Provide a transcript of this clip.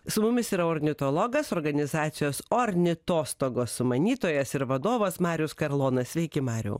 su mumis yra ornitologas organizacijos ornitostogos sumanytojas ir vadovas marius karlonas sveiki mariau